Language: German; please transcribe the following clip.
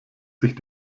sich